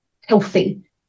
healthy